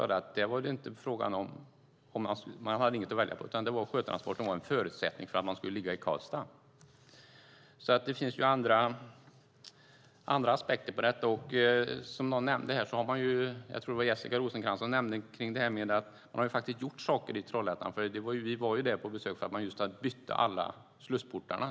De har inget att välja på, utan det var sjötransport som var en förutsättning för att man skulle ligga i Karlstad. Det finns alltså andra aspekter på detta. Som jag tror att Jessica Rosencrantz nämnde har man faktiskt gjort saker i Trollhättan. Vi var där på besök för att man just hade bytt alla slussportarna.